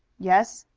yes,